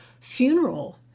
funeral